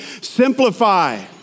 Simplify